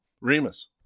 Remus